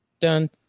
done